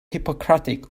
hippocratic